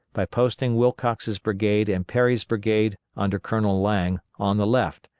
by posting wilcox's brigade and perry's brigade under colonel lang on the left,